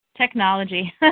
Technology